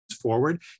forward